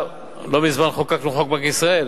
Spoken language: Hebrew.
לא מזמן חוקקנו את חוק בנק ישראל.